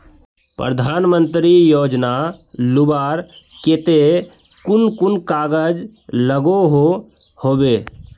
प्रधानमंत्री योजना लुबार केते कुन कुन कागज लागोहो होबे?